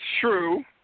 true